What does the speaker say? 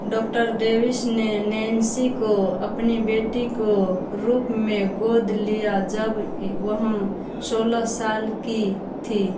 doctor Davis ने Nancy को अपनी बेटी को रूप में गोद लिया जब वह सोलह साल की थी